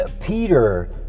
Peter